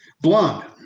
blonde